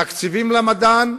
תקציבים למדען.